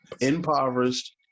impoverished